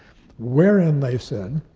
wherein, they said,